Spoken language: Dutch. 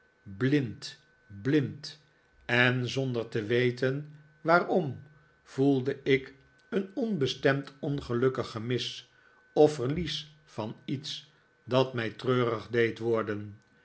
blind blind en zonder te weten waarom voelde ik een onbestemd ongelukkig gemis of verlies van iets dat mij treurig deed worden